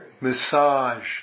Massage